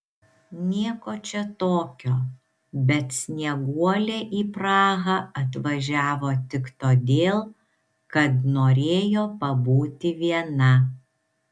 nieko čia tokio bet snieguolė į prahą atvažiavo tik todėl kad norėjo pabūti viena